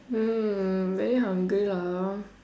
mm very hungry lah